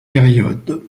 période